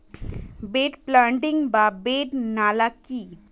Bed planting বা bed নালা কি?